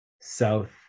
South